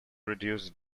reduce